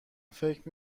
فکر